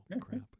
crap